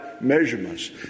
Measurements